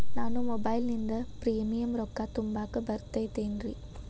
ನಾನು ಮೊಬೈಲಿನಿಂದ್ ಪ್ರೇಮಿಯಂ ರೊಕ್ಕಾ ತುಂಬಾಕ್ ಬರತೈತೇನ್ರೇ?